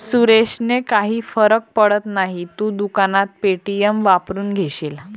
सुरेशने काही फरक पडत नाही, तू दुकानात पे.टी.एम वापरून घेशील